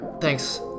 Thanks